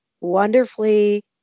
wonderfully